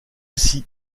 scie